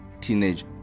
teenage